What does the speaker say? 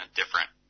different